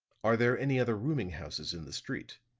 are there any other rooming houses in the street?